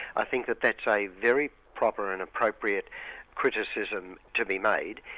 i think that that's a very proper and appropriate criticism to be made,